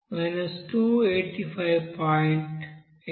84